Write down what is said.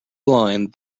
blind